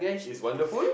it's wonderful